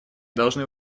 должны